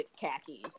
khakis